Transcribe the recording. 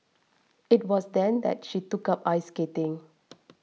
it was then that she took up ice skating